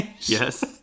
Yes